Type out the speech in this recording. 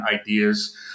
ideas